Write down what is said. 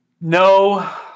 No